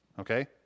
Okay